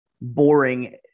boring